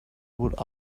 would